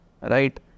right